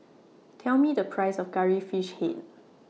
Tell Me The Price of Curry Fish Head